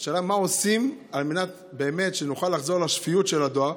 השאלה: מה עושים על מנת שנוכל באמת לחזור לשפיות של הדואר?